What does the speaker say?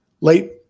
Late